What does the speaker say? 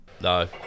No